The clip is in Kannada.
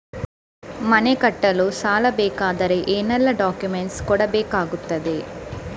ಮನೆ ಕಟ್ಟಲು ಸಾಲ ಸಿಗಬೇಕಾದರೆ ಏನೆಲ್ಲಾ ಡಾಕ್ಯುಮೆಂಟ್ಸ್ ಕೊಡಬೇಕಾಗುತ್ತದೆ?